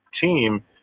team